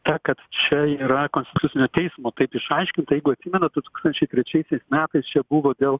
ta kad čia yra konstitucinio teismo taip išaiškinta jeigu atsimenat du tūkstančiai trečiaisiais metais čia buvo dėl